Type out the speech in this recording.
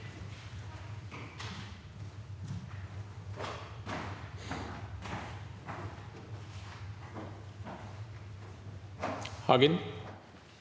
Hagen